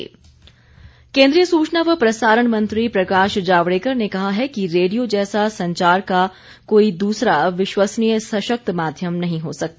प्रकाश जावडेकर केंद्रीय सूचना व प्रसारण मंत्री प्रकाश जावड़ेकर ने कहा है कि रेडियो जैसा संचार का कोई दूसरा विश्वसनीय सशक्त माध्यम नहीं हो सकता